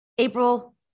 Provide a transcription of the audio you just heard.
April